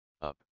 up